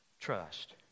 trust